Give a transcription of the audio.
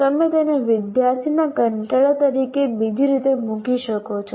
તમે તેને વિદ્યાર્થી ના કંટાળા તરીકે બીજી રીતે મૂકી શકો છો